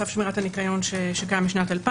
צו שמירת הניקיון שקיים משנת 2000,